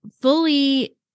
fully